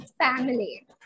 family